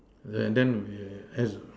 and then as